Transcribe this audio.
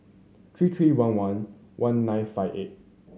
three three one one one nine five eight